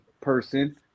person